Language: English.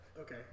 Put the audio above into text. Okay